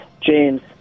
James